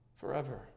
forever